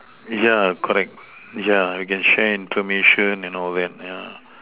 yeah correct yeah we can share information and all that yeah